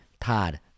Todd